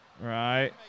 Right